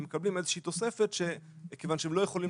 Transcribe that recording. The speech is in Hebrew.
והם מקבלים איזושהי תוספת כיוון שהם לא יכולים